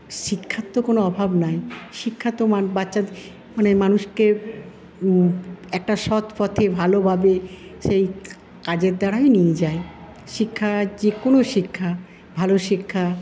শিক্ষার তো কোন অভাব নাই শিক্ষা তো মা বাচ্চাদের মানে মানুষকে একটা সৎ পথে ভালোভাবে সেই কাজের দ্বারাই নিয়ে যায় শিক্ষা যেকোনো শিক্ষা ভালো শিক্ষা